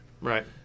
Right